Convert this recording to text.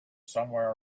somewhere